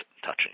touching